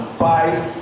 fight